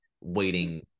waiting